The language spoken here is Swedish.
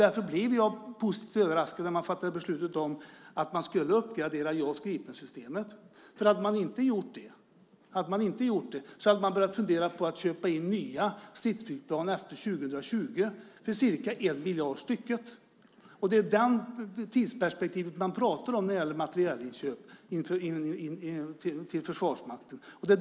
Därför blev jag positivt överraskad när man fattade beslut om att uppgradera JAS Gripen-systemen. Om man inte hade gjort det hade man funderat på att köpa in nya stridsflygplan efter 2020 för ca 1 miljard per styck. Det är det tidsperspektivet man pratar om när det gäller materielinköp till Försvarsmakten.